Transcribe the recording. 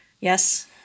Yes